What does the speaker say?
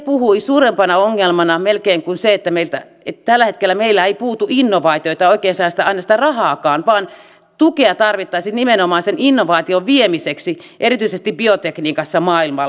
he puhuivat että melkein suurempana ongelmana tällä hetkellä meillä ei puutu innovaatioita eikä oikeastaan aina sitä rahaakaan on se että tukea tarvittaisiin nimenomaan sen innovaation viemiseksi erityisesti biotekniikassa maailmalle